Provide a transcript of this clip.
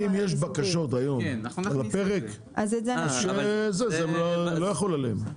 אם יש בקשות היום על הפרק, שזה לא יחול עליהם.